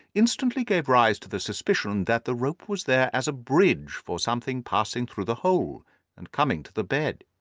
instantly gave rise to the suspicion that the rope was there as a bridge for something passing through the hole and coming to the bed.